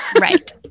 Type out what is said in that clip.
right